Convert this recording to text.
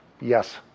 yes